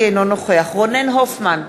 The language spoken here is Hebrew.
אינו נוכח רונן הופמן,